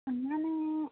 അങ്ങനെ